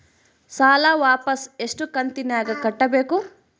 ಸಾಲ ವಾಪಸ್ ಎಷ್ಟು ಕಂತಿನ್ಯಾಗ ಕಟ್ಟಬೇಕು?